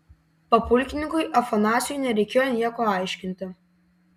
papulkininkiui afanasijui nereikėjo nieko aiškinti